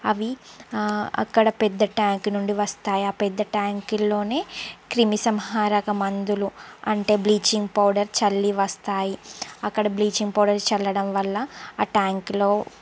అవి ఆ అక్కడ పెద్ద ట్యాంక్ నుండి వస్తాయి పెద్ద ట్యాంకుల్లోనే క్రిమిసంహారక మందులు అంటే బ్లీచింగ్ పౌడర్ చల్లి వస్తాయి అక్కడ బ్లీచింగ్ పౌడర్ చల్లడం వల్ల ఆ ట్యాంక్లో